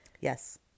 Yes